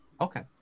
Okay